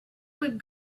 would